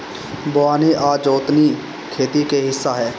बोअनी आ जोतनी खेती के हिस्सा ह